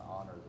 honor